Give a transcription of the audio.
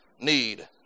need